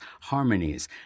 harmonies